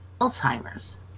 Alzheimer's